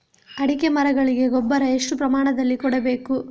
ಅಡಿಕೆ ಮರಗಳಿಗೆ ಗೊಬ್ಬರ ಎಷ್ಟು ಪ್ರಮಾಣದಲ್ಲಿ ಕೊಡಬೇಕು?